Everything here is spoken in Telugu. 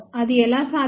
అది ఎలా సాధ్యమవుతుంది